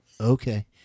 Okay